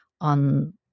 on